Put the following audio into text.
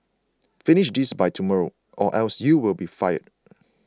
finish this by tomorrow or else you will be fired